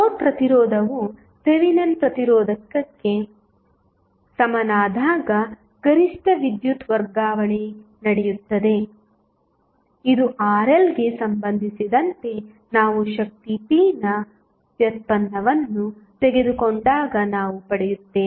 load ಪ್ರತಿರೋಧವು Thevenin ಪ್ರತಿರೋಧಕ್ಕೆ ಸಮನಾದಾಗ ಗರಿಷ್ಠ ವಿದ್ಯುತ್ ವರ್ಗಾವಣೆ ನಡೆಯುತ್ತದೆ ಇದು RLಗೆ ಸಂಬಂಧಿಸಿದಂತೆ ನಾವು ಶಕ್ತಿ p ನ ವ್ಯುತ್ಪನ್ನವನ್ನು ತೆಗೆದುಕೊಂಡಾಗ ನಾವು ಪಡೆಯುತ್ತೇವೆ